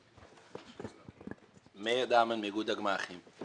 אני מאיגוד הגמ"חים.